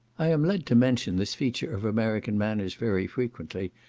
i am led to mention this feature of american manners very frequently,